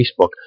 facebook